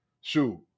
shoot